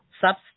Substance